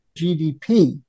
GDP